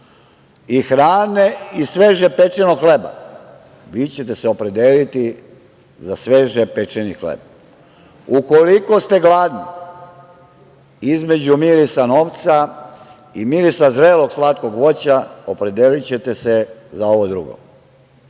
i hrane i sveže pečenog hleba vi ćete se opredeliti za sveže pečeni hleb. Ukoliko ste gladni između mirisa novca i mirisa zrelog slatkog voća opredelićete se za ovo drugo. Stoga